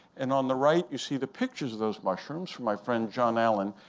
and on the right, you see the pictures of those mushrooms from my friend john allen.